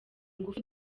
ingufu